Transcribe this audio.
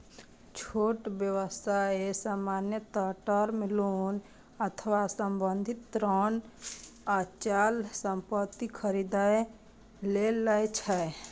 छोट व्यवसाय सामान्यतः टर्म लोन अथवा सावधि ऋण अचल संपत्ति खरीदै लेल लए छै